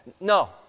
No